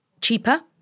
cheaper